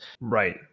right